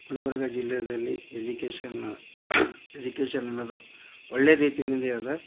ಗುಲ್ಬರ್ಗ ಜಿಲ್ಲೆಯಲ್ಲಿ education education ಅನ್ನೋದು ಒಳ್ಳೆಯ ರೀತಿಯಲ್ಲಿ ಇದೆ ಅದ